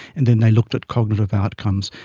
and then they looked at cognitive outcomes,